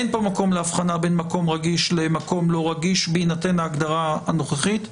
אין פה מקום לאבחנה בין מקום רגיש למקום לא-רגיש בהינתן ההגדרה הנוכחית.